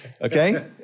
Okay